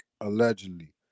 allegedly